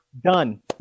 Done